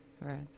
Right